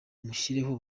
mushyireho